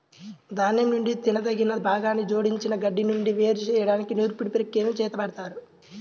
ధాన్యం యొక్క తినదగిన భాగాన్ని జోడించిన గడ్డి నుండి వేరు చేయడానికి నూర్పిడి ప్రక్రియని చేపడతారు